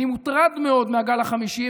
אני מוטרד מאוד מהגל החמישי,